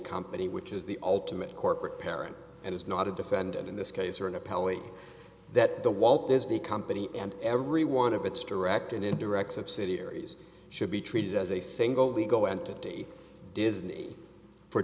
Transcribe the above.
company which is the ultimate corporate parent and is not a defendant in this case are an appellate that the walt disney company and every one of its direct and indirect subsidiaries should be treated as a single ego entity disney for